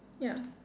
ya